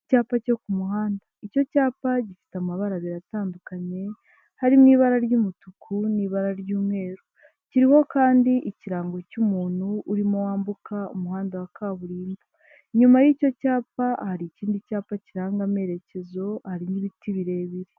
Icyapa cyo ku muhanda, icyo cyapa gifite amabara abiri atandukanye harimo ibara ry'umutuku n'ibara ry'umweru. Kiriho kandi ikirango cy'umuntu urimo wambuka umuhanda wa kaburimbo, inyuma y'icyo cyapa hari ikindi cyapa kiranga amerekezo hari n'ibiti birebire.